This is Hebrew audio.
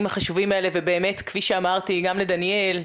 החשובים האלה ובאמת כפי שאמרתי גם לדניאל,